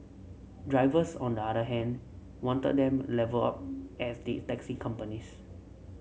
drivers on the other hand wanted them levelled up as did taxi companies